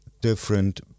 different